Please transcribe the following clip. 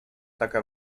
taka